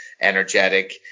energetic